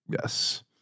Yes